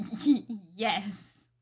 Yes